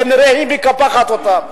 כנראה היא מקפחת אותם.